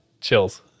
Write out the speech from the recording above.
chills